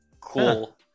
cool